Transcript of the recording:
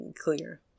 clear